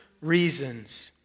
reasons